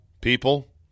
people